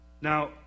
Now